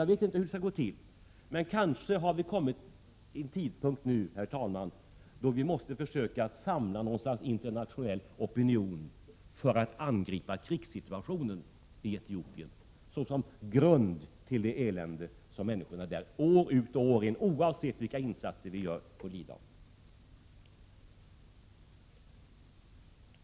Jag vet inte hur det skall gå till, men kanske har vi nu kommit till en tidpunkt, herr talman, då vi måste försöka samla något slags internationell opinion för att angripa krigssituationen i Etiopien, såsom grund till det elände som människorna där år ut och år in, oavsett vilka insatser vi gör, får lida av.